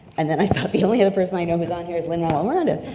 and then i thought the only other person i know who's on here is lin manuel miranda,